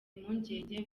impungenge